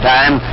Time